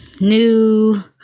new